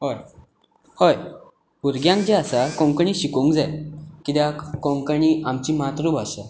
हय हय भुरग्यांक जे आसा कोंकणी शिकोवंक जाय कित्याक कोंकणी आमची मातृभाशा